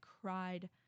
cried